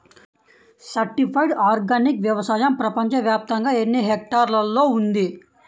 Certified organic వ్యవసాయం ప్రపంచ వ్యాప్తముగా ఎన్నిహెక్టర్లలో ఉంది?